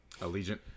Allegiant